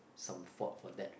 some fault for that